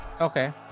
Okay